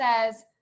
says